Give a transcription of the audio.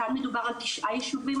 כאן מדובר על תשעה יישובים,